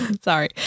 sorry